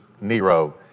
Nero